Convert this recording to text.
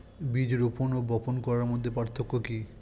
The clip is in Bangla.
বীজ রোপন ও বপন করার মধ্যে পার্থক্য কি?